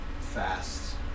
fast